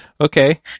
Okay